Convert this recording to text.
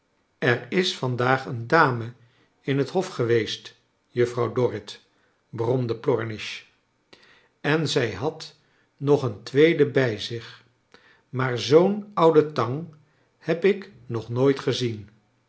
er is vandaag een dame in het hof geweest juffrouw dorrit bromde plornish en zij had nog een tweede bij zich maar zoo'n oude tang heb ik nog nooit gezien